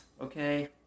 Okay